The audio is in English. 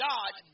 God